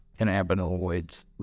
cannabinoids